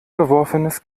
geworfenes